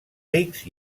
rics